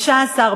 התשע"ד 2013,